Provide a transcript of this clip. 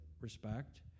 respect